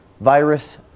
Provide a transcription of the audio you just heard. virus